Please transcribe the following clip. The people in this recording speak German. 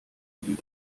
liegen